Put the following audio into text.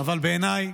אבל בעיניי